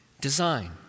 design